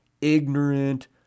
ignorant